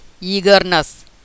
eagerness